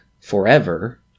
Forever